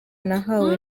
nahawe